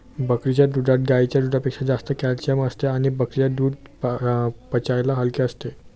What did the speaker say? बकरीच्या दुधात गाईच्या दुधापेक्षा जास्त कॅल्शिअम असते आणि बकरीचे दूध पचायला हलके असते